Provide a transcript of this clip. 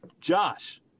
Josh